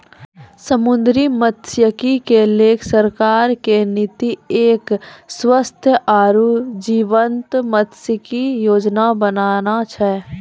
समुद्री मत्सयिकी क लैकॅ सरकार के नीति एक स्वस्थ आरो जीवंत मत्सयिकी योजना बनाना छै